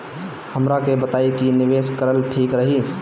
हमरा के बताई की निवेश करल ठीक रही?